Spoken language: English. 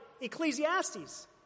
Ecclesiastes